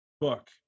book